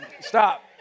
stop